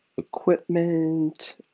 Equipment